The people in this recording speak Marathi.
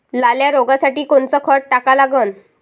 लाल्या रोगासाठी कोनचं खत टाका लागन?